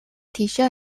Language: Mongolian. тийшээ